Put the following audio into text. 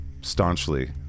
staunchly